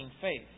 faith